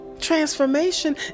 Transformation